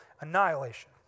annihilation